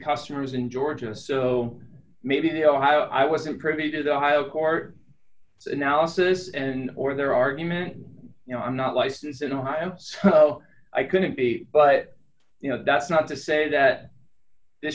customers in georgia so maybe the ohio i wasn't privy to the high of our analysis and or their argument you know i'm not licensed in ohio so i couldn't be but you know that's not to say that